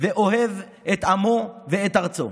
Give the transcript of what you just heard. ואוהב את עמו ואת ארצו.